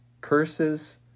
Curses